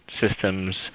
systems